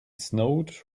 snowed